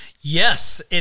Yes